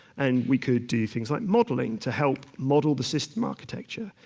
and we could do things like modelling to help model the system architecture,